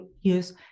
use